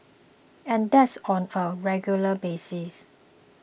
and that's on a regular basis